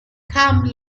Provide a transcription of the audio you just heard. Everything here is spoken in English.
come